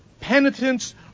penitence